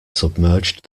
submerged